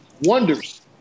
wonders